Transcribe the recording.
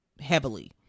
heavily